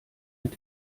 mit